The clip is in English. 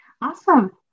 Awesome